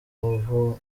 umuvundo